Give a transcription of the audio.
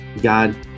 God